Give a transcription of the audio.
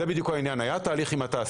היה תהליך עם התעשייה.